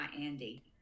Andy